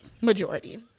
Majority